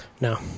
No